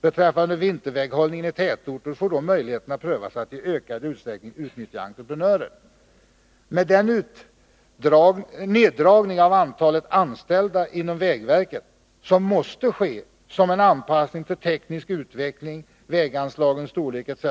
Beträffande vinterväghållningen i tätorter får då möjligheterna prövas att i ökad utsträckning utnyttja entreprenörer.” På grund av den neddragning av antalet anställda inom vägverket som måste ske som en anpassning till teknisk utveckling, väganslagens storlek etc.